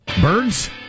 Birds